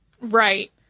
Right